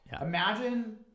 Imagine